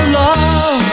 love